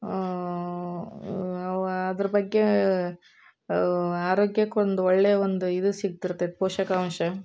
ಅದ್ರ ಬಗ್ಗೆ ಆರೋಗ್ಯಕ್ಕೊಂದು ಒಳ್ಳೆಯ ಒಂದು ಇದು ಸಿಕ್ತಿರ್ತೈತೆ ಪೋಷಕಾಂಶ